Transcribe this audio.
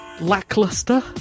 Lackluster